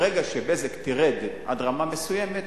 ברגע ש"בזק" תרד עד רמה מסוימת,